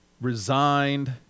resigned